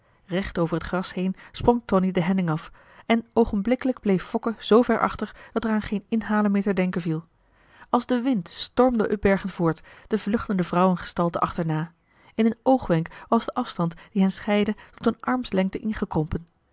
recht over het gras heen sprong tonie de helling af en oogenblikkelijk bleef fokke zoover achter dat er aan geen inhalen meer te denken viel als de wind stormde upbergen voort de vluchtende vrouwengestalte achterna in een oogwenk was de afstand die hen scheidde tot een armslengte ingekrompen